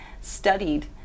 studied